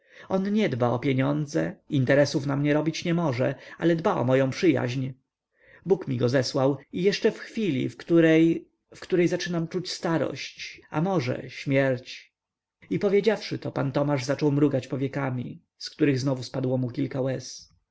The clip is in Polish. on nie dba o pieniądze interesów na mnie robić nie może ale dba o moję przyjaźń bóg mi go zesłał i jeszcze w chwili w której w której zaczynam czuć starość a może śmierć i powiedziawszy to pan tomasz zaczął mrugać powiekami z których znowu spadło mu kilka